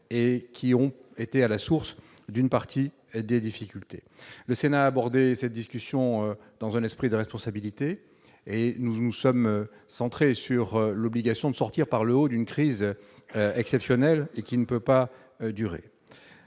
ont été à la source d'une partie des difficultés. Le Sénat a abordé la discussion dans un esprit de responsabilité. Nous nous sommes centrés sur l'obligation de sortir par le haut d'une crise exceptionnelle qui ne peut pas durer.